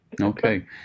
okay